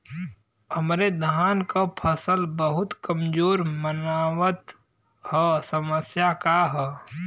हमरे धान क फसल बहुत कमजोर मनावत ह समस्या का ह?